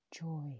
Joy